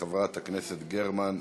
של חברות הכנסת גרמן,